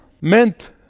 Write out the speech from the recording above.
meant